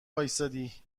واستادی